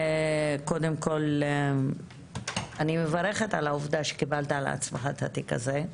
קודם כל אני מברכת על העובדה שקיבלת על עצמך את התיק הזה.